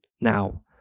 now